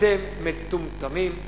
אתם מטומטמים?